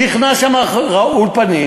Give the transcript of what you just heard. נכנס לשם רעול פנים